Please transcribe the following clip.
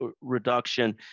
reduction